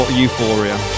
euphoria